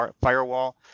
firewall